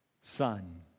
Son